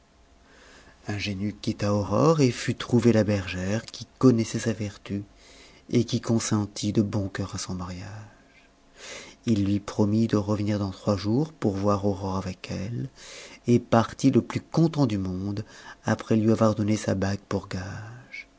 ingénu quitta aurore et fut trouver la bergère qui connaissait sa vertu et qui consentit de bon cœur à son mariage il lui promit de revenir dans trois jours pour voir aurore avec elle et partit le plus content du monde après lui avoir donné sa bague pour gage